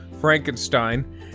Frankenstein